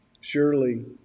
Surely